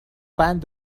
بند